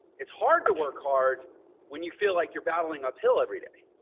it's hard to work hard when you feel like you're battling uphill every day.